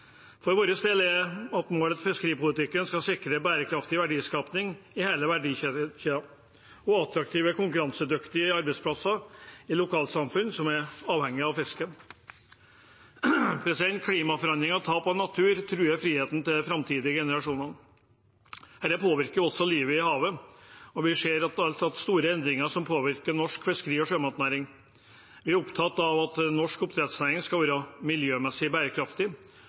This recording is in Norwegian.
For vår del er det et mål at fiskeripolitikken skal sikre bærekraftig verdiskaping i hele verdikjeden og attraktive, konkurransedyktige arbeidsplasser i lokalsamfunn som er avhengige av fisken. Klimaforandringer og tap av natur truer friheten til framtidige generasjoner. Det påvirker også livet i havet, og vi ser at det alt har gitt store endringer som påvirker norsk fiskeri- og sjømatnæring. Vi er opptatt av at norsk oppdrettsnæring skal være miljømessig bærekraftig